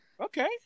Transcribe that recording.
Okay